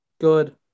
Good